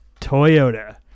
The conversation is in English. Toyota